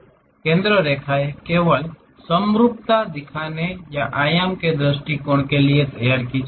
केंद्र रेखाएं केवल समरूपता दिखाने या आयाम के दृष्टिकोण के लिए तैयार की जाती हैं